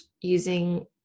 using